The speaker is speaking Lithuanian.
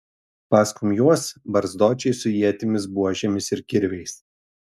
paskum juos barzdočiai su ietimis buožėmis ir kirviais